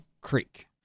Creek